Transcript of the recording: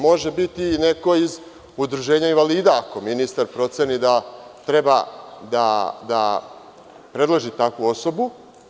Može biti neko iz Udruženja invalida, ako ministar proceni da treba da predloži takvu osobu.